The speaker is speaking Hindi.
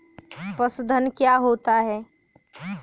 पशुधन क्या होता है?